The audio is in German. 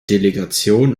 delegation